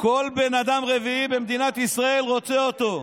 כל בן אדם רביעי במדינת ישראל רוצה אותו.